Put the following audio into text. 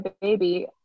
baby